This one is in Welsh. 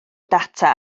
data